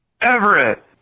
Everett